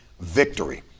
victory